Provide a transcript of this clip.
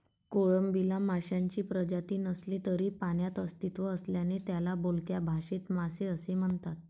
कोळंबीला माशांची प्रजाती नसली तरी पाण्यात अस्तित्व असल्याने त्याला बोलक्या भाषेत मासे असे म्हणतात